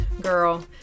Girl